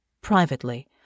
Privately